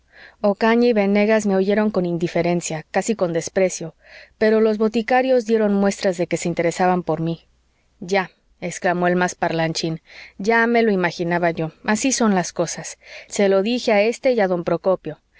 ocaña y venegas me oyeron con indiferencia casi con desprecio pero los boticarios dieron muestras de que se interesaban por mí ya exclamó el más parlachín ya me lo imaginaba yo así son las cosas se lo dije a éste y a don procopio